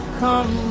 come